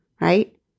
right